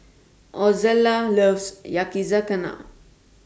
Ozella loves Yakizakana